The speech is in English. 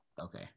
Okay